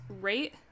rate